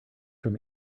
from